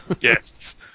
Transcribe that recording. Yes